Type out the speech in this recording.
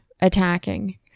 attacking